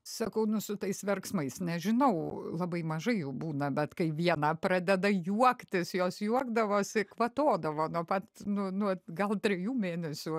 sakau nu su tais verksmais nežinau labai mažai jų būna bet kai viena pradeda juoktis jos juokdavosi kvatodavo nuo pat nu nuo gal trijų mėnesių